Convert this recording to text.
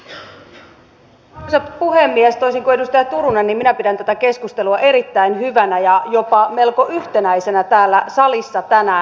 toisin kuin edustaja turunen minä pidän tätä keskustelua erittäin hyvänä ja jopa melko yhtenäisenä täällä salissa tänään